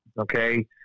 okay